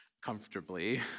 comfortably